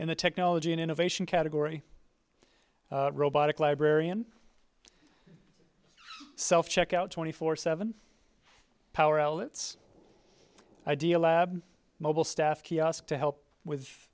in the technology and innovation category robotic librarian self check out twenty four seven power outlets idea lab mobile staff kiosk to help